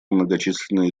многочисленные